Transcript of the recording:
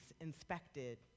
inspected